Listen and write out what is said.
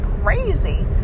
crazy